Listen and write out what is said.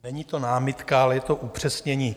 Není to námitka, ale je to upřesnění.